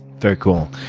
very cool.